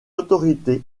autorité